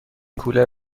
کولر